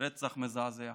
רצח מזעזע.